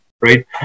right